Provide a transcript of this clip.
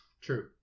true